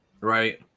Right